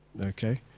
okay